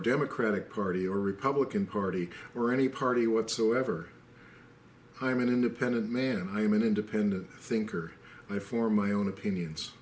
democratic party or republican party or any party whatsoever i am an independent man i am an independent thinker i form my own opinions